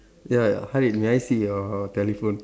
ya Harid may I see your telephone